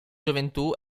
gioventù